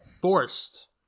forced